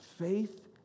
faith